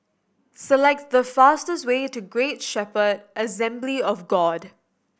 select the fastest way to Great Shepherd Assembly of God